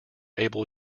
able